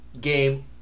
game